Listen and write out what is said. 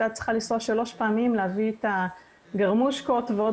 הייתה צריכה לנסוע שלוש פעמים להביא את הגרמושקות וכל